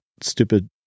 stupid